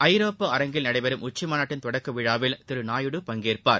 ஐரோப்பா அரங்கில் நடைபெறும் உச்சிமாநாட்டின் தொடக்க விழாவில் திரு நாயுடு பங்கேற்பார்